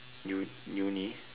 U~ uni